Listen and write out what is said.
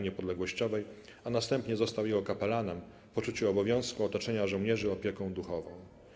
Niepodległościowej, a następnie został jego kapelanem w poczuciu obowiązku otoczenia żołnierzy opieką duchową.